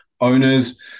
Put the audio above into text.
owners